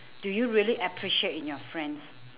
do you really appreciate in your friends